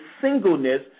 singleness